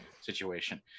situation